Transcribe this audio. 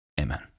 Amen